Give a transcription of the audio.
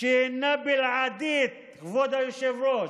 שהיא בלעדית, כבוד היושב-ראש,